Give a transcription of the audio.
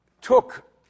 took